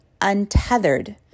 untethered